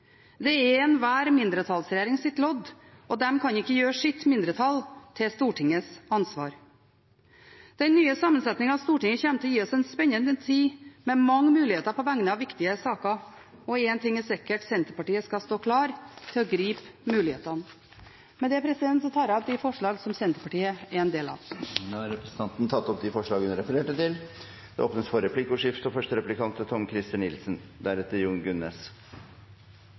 Det er enhver mindretallsregjering sitt lodd, og de kan ikke gjøre sitt mindretall til Stortingets ansvar. Den nye sammensetningen av Stortinget kommer til å gi oss en spennende tid med mange muligheter på vegne av viktige saker. Én ting er sikkert: Senterpartiet skal stå klar til å gripe mulighetene. Med det tar jeg opp de forslag som Senterpartiet er en del av. Representanten Marit Arnstad har tatt opp de forslagene hun refererte til. Det blir replikkordskifte.